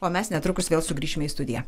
o mes netrukus vėl sugrįšime į studiją